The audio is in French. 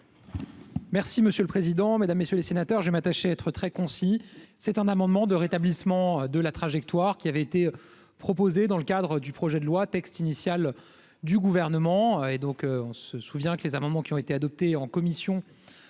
Merci monsieur le président, Mesdames, messieurs les sénateurs, je vais m'attacher, être très concis, c'est un amendement de rétablissement de la trajectoire qui avait été proposé dans le cadre du projet de loi texte initial du gouvernement et donc on se souvient que les amendements qui ont été adoptés en commission